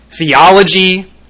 theology